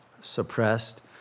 suppressed